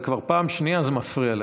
וכבר פעם שנייה זה מפריע לך.